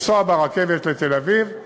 לנסוע ברכבת לתל-אביב,